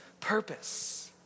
purpose